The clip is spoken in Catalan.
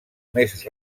més